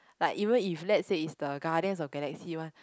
like even if let's say it's the Guardians of Galaxy one